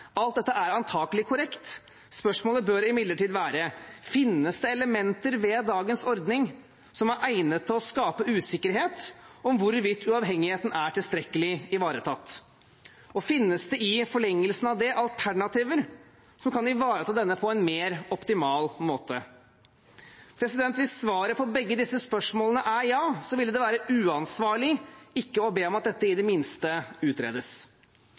Alt dette er antakelig korrekt. Spørsmålet bør imidlertid være: Finnes det elementer ved dagens ordning som er egnet til å skape usikkerhet om hvorvidt uavhengigheten er tilstrekkelig ivaretatt? Og finnes det i forlengelsen av det alternativer som kan ivareta denne på en mer optimal måte? Hvis svaret på begge disse spørsmålene er ja, ville det være uansvarlig ikke å be om at dette i det minste utredes.